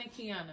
Kiana